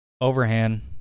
Overhand